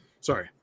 Sorry